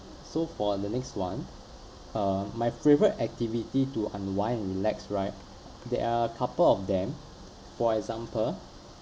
so for the next one uh my favorite activity to unwind and relax right there are a couple of them for example